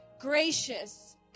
Gracious